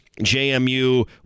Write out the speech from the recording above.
JMU